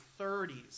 30s